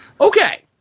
Okay